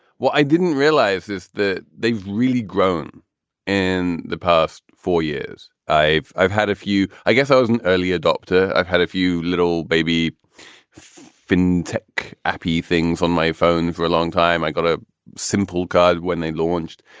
well, i didn't realize this, that they've really grown in the past four years. i've i've had a few i guess i was an early adopter. i've had a few little baby fintech eappy things on my phone for a long time. i got a simple card when they launched.